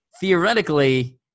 theoretically